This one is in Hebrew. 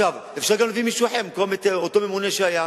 אפשר גם להביא מישהו אחר במקום אותו ממונה שהיה.